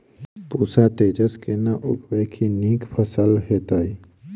पूसा तेजस केना उगैबे की नीक फसल हेतइ?